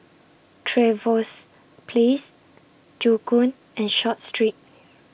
Trevose Place Joo Koon and Short Street